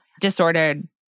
disordered